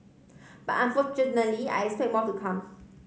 but unfortunately I expect more to come